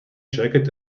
jacket